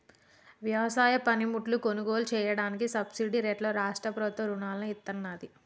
వ్యవసాయ పనిముట్లు కొనుగోలు చెయ్యడానికి సబ్సిడీ రేట్లలో రాష్ట్ర ప్రభుత్వం రుణాలను ఇత్తన్నాది